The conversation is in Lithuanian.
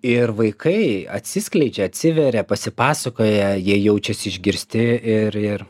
ir vaikai atsiskleidžia atsiveria pasipasakoja jie jaučiasi išgirsti ir ir